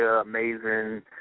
amazing